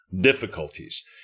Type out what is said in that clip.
difficulties